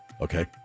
Okay